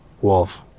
Wolf